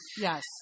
Yes